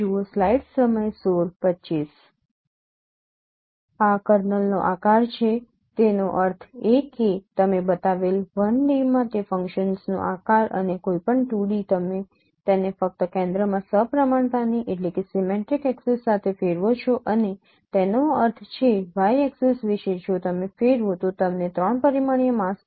આ કર્નલનો આકાર છે તેનો અર્થ એ કે તમે બતાવેલ 1 D માં તે ફંક્શન્સનો આકાર અને કોઈપણ 2 ડી તમે તેને ફક્ત કેન્દ્રમાં સપ્રમાણતાની એક્સિસ સાથે ફેરવો છો અને તેનો અર્થ છે y એક્સિસ વિશે જો તમે ફેરવો તો તમને 3 પરિમાણીય માસ્ક મળશે